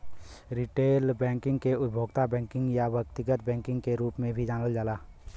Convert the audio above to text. retail banking के उपभोक्ता banking या व्यक्तिगत बैंकिंग के रूप में भी जानल जाला